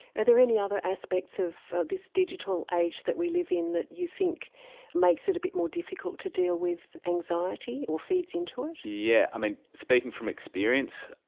are there any other aspects of this digital age that we live in that you think makes it a bit more difficult to deal with anxiety or feeds into it? yeah, i mean speaking from experience,